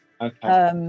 Okay